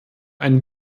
einen